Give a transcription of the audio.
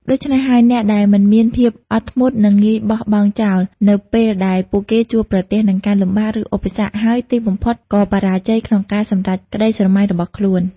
ដូច្នេះហើយ អ្នកដែលមិនមានភាពអត់ធ្មត់នឹងងាយបោះបង់ចោល នៅពេលដែលពួកគេជួបប្រទះនឹងការលំបាកឬឧបសគ្គ ហើយទីបំផុតក៏បរាជ័យក្នុងការសម្រេចក្តីស្រមៃរបស់ខ្លួន។